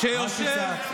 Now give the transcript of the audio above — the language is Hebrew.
אל תצעק.